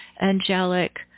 Angelic